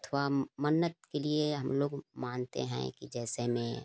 अथवा मन्नत के लिए हम लोग मानते हैं कि जैसे में